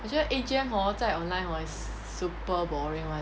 我觉得 A_G_M hor 在 online hor is super boring right